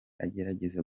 agerageza